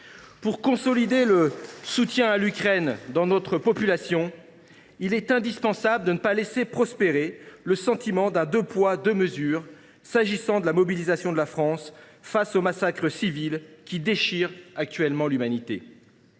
Pour consolider le soutien à l’Ukraine au sein de notre population, il est indispensable de ne pas laisser prospérer le sentiment d’un « deux poids, deux mesures » quant à la mobilisation de la France face aux massacres civils qui déchirent actuellement l’humanité.